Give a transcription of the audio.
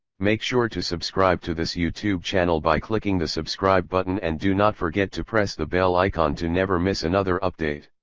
make sure to subscribe to this youtube channel by clicking the subscribe button and do not forget to press the bell icon to never miss another update.